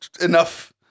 enough